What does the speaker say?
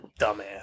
dumbass